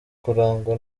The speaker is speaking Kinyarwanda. kurangwa